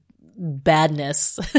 badness